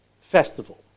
festival